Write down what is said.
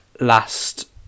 last